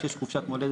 כשיש חופשה מולדת,